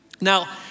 Now